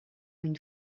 une